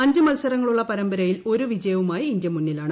അഞ്ച് മത്സരങ്ങളുള്ള പരമ്പരയിൽ ഒരു വിജയവുമായി ഇന്ത്യ മുന്നിലാണ്